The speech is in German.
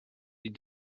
die